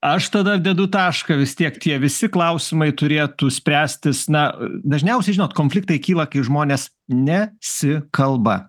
aš tada dedu tašką vis tiek tie visi klausimai turėtų spręstis na dažniausiai žinot konfliktai kyla kai žmonės ne si kalba